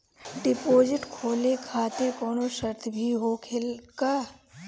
Deposit खोले खातिर कौनो शर्त भी होखेला का?